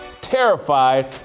terrified